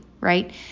right